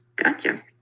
Gotcha